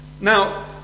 Now